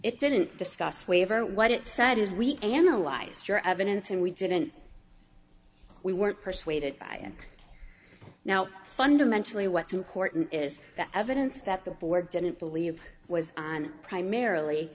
it didn't discuss waiver what it said is we analyzed your evidence and we didn't we weren't persuaded by now fundamentally what's important is that evidence that the board didn't believe was primarily